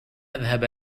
نذهب